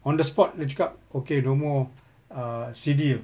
on the spot dia cakap okay no more err C_D uh